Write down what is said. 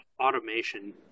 automation